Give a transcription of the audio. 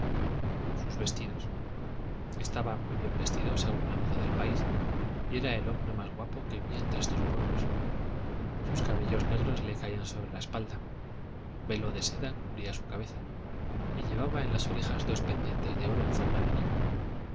sus vestidos estaba muy bien vestido según la moda del país y era el hombre más guapo que vi entre estos pueblos sus cabellos negros le caían sobre la espalda un velo de seda cubría su cabeza y llevaba en las orejas dos pendientes de oro en forma de anillo